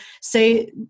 say